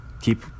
keep